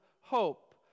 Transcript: hope